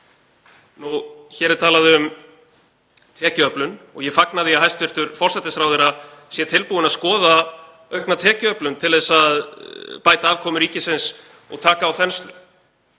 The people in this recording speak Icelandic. Hér er talað um tekjuöflun og ég fagna því að hæstv. forsætisráðherra sé tilbúinn að skoða aukna tekjuöflun til að bæta afkomu ríkisins og taka á þenslu.